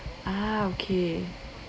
ah okay